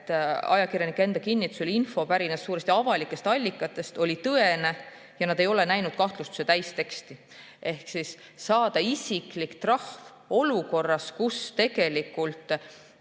et ajakirjanike enda kinnitusel pärines info suuresti avalikest allikatest, oli tõene ja nad ei ole näinud kahtlustuse täisteksti. Ehk saada isiklik trahv olukorras, kus tegelikult